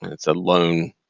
it's a loan,